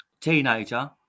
teenager